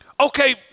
Okay